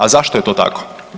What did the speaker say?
A zašto je to tako?